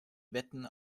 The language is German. wetten